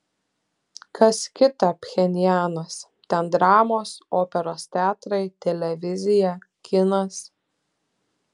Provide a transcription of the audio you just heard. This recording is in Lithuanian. kas kita pchenjanas ten dramos operos teatrai televizija kinas